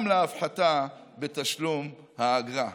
גם להפחתה בתשלום האגרה.